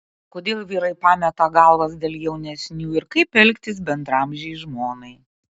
kodėl vyrai pameta galvas dėl jaunesnių ir kaip elgtis bendraamžei žmonai